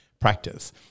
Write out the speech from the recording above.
practice